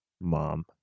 mom